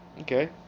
Okay